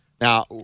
Now